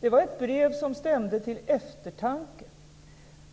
Det var ett brev som stämde till eftertanke.